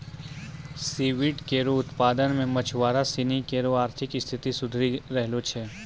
C weed केरो उत्पादन सें मछुआरा सिनी केरो आर्थिक स्थिति सुधरी रहलो छै